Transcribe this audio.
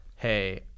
hey